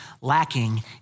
lacking